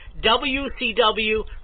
WCW